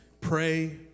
Pray